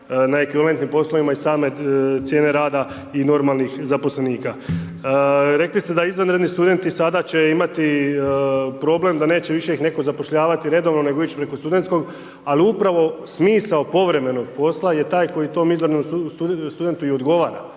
na ekvivalentnim poslovima i same cijene rada i normalnih zaposlenika. Rekli ste da izvanredni studenti i sada će imati problem, da neće ih više nitko zapošljavati, nedavno nego ići preko studentskog, ali upravo smisao povremenog posla, je taj koji tom mizernog studentu i odgovara.